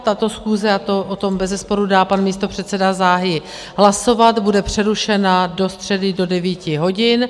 Tato schůze a o tom bezesporu dá pan místopředseda záhy hlasovat bude přerušena do středy do 9 hodin.